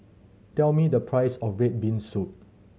tell me the price of red bean soup